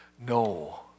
no